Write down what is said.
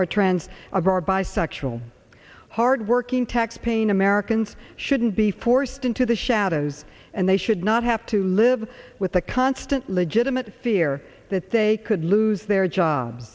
or trend of our bi sexual hardworking taxpaying americans shouldn't be forced into the shadows and they should not have to live with the constant legitimate fear that they could lose their jobs